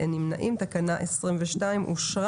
הצבעה אושר